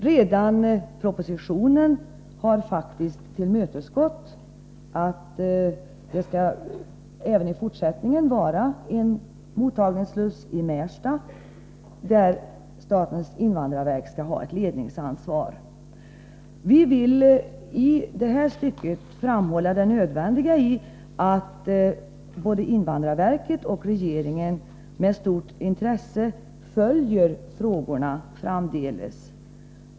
3 - 10 maj 1984 Redan i propositionen tillmötesgås faktiskt detta önskemål. Aven i fortsättningen skall det finnas en mottagningssluss i Märsta, som statens Mottagandet av invandrarverk skall ha ledningsansvar för. Vi vill i detta stycke framhålla det nödvändiga i att både invandrarverket sökande, m.m. och regeringen med stort intresse följer frågorna framdeles.